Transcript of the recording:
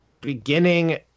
beginning